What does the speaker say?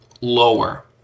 lower